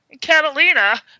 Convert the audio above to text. Catalina